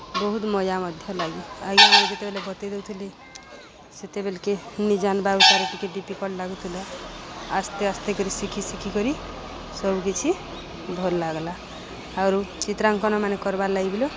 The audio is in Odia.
ବହୁତ୍ ମଜା ମଧ୍ୟ ଲାଗେ ଆଜ୍ଞାମନେ ଯେତେବେଲେ ବତେଇ ଦଉଥିଲେ ସେତେବେଲ୍କେ ନିଜାନ୍ବା ଉତାରୁ ଟିକେ ଡିଫିକଲ୍ଟ ଲାଗୁଥିଲା ଆସ୍ତେ ଆସ୍ତେ କରି ଶିଖି ଶିଖି କରି ସବୁକିଛି ଭଲ୍ ଲାଗ୍ଲା ଆଉରୁ ଚିତ୍ରାଙ୍କନମାନେ କର୍ବାର୍ ଲାଗି ବିଲୁ